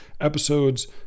episodes